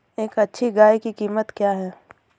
एक अच्छी गाय की कीमत क्या है?